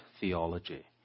theology